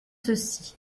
ceci